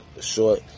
short